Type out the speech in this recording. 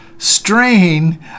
strain